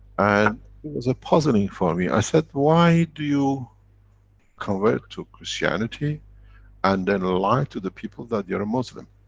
and, it was a puzzling for me, i said, why do you convert to christianity and then lie to the people that you're a muslim?